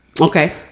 Okay